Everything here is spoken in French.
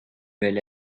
bel